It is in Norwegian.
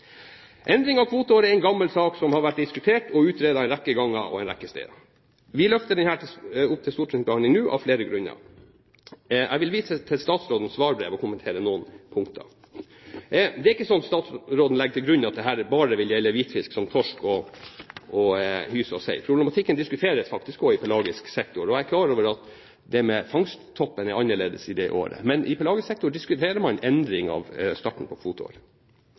Endring av kvoteåret er en gammel sak som har vært diskutert og utredet en rekke ganger og en rekke steder. Vi løfter denne saken opp til stortingsbehandling nå av flere grunner. Jeg vil vise til statsrådens svarbrev og kommentere noen punkter. Det er ikke, slik statsråden legger til grunn, at dette bare vil gjelde hvitfisk som torsk, hyse og sei. Problematikken diskuteres faktisk også innen pelagisk sektor. Jeg er klar over at fangsttoppen er annerledes i det året. Men i pelagisk sektor diskuterer man endring av starten på